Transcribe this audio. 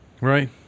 Right